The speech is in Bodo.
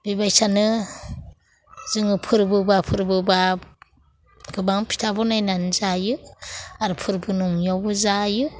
बेबायसानो जोङो फोरबोबा फोरबोबा गोबां फिथा बानायनानै जायो आरो फोरबो नङैयावबो जायो